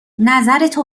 نظرتو